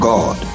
God